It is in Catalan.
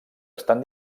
estan